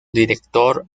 director